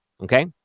Okay